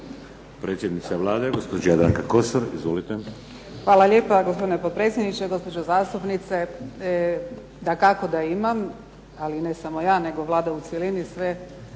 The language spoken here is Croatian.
Hvala